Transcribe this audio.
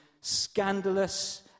scandalous